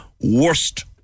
worst